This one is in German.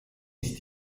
ist